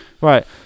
Right